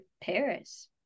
Paris